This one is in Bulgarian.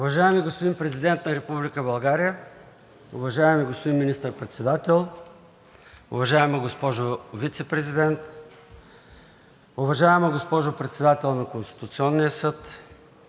Уважаеми господин Президент на Република България, уважаеми господин Министър-председател, уважаема госпожо Вицепрезидент, уважаема госпожо Председател на Конституционния съд,